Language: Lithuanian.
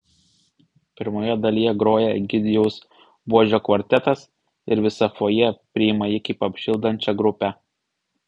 pirmoje dalyje groja egidijaus buožio kvartetas ir visa fojė priima jį kaip apšildančią grupę